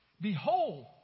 Behold